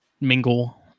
mingle